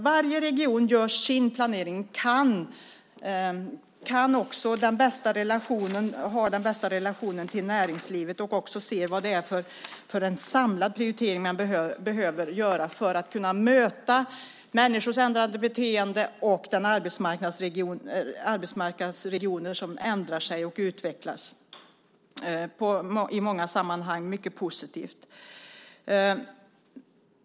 Varje region gör sin planering, har också den bästa relationen till näringslivet och ser vad det är för samlad prioritering man behöver göra för att kunna möta människors ändrade beteende och den arbetsmarknad som ändrar sig och utvecklas, i många sammanhang mycket positivt.